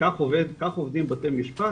כך עובדים בתי משפט,